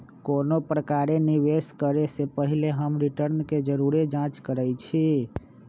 कोनो प्रकारे निवेश करे से पहिले हम रिटर्न के जरुरे जाँच करइछि